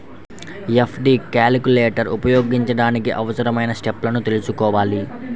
FD calculator ఉపయోగించడానికి అవసరమైన స్టెప్పులను తెల్సుకోవాలి